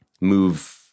move